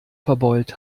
verbeult